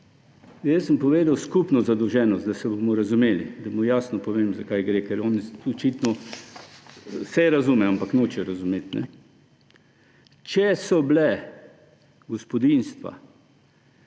Jaz sem povedal skupno zadolženost, da se bomo razumeli, da mu jasno povem, za kaj gre, ker on očitno … saj razume, ampak noče razumeti. Če so bili gospodinjstva,